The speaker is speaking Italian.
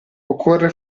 occorre